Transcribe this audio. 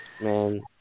Man